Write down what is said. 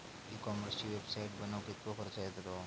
E कॉमर्सची website बनवक किततो खर्च येतलो?